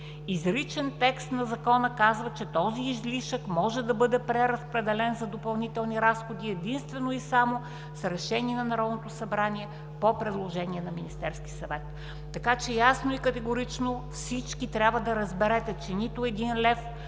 изричен текст на Закона казва, че този излишък може да бъде преразпределен за допълнителни разходи единствено и само с решение на Народното събрание по предложение на Министерския съвет. Така че ясно и категорично всички трябва да разберете, че нито един лев